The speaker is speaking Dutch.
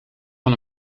van